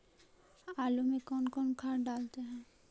आलू में कौन कौन खाद डालते हैं?